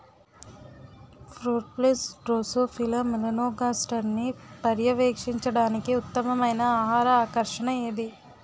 Fruit flies drosophila మెలనోగాస్టర్ని పర్యవేక్షించడానికి ఉత్తమమైన ఆహార ఆకర్షణ ఏది?